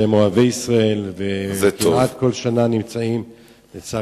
שהם אוהבי ישראל, זה טוב.